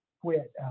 quit